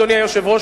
אדוני היושב-ראש,